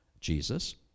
Jesus